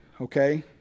okay